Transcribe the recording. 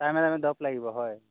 টাইমে টাইমে লাগিব হয়